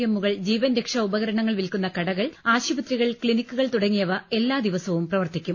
എമ്മുകൾ ജീവൻരക്ഷാ ഉപകരണങ്ങൾ വിൽക്കുന്ന കടകൾ ആശുപത്രികൾ ക്ലിനിക്കുകൾ തുടങ്ങിയവ എല്ലാ ദിവസവും പ്രവർത്തിക്കും